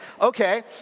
okay